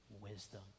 wisdom